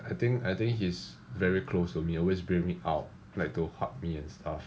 I think I think he's very close to me always bring me out like to help me and stuff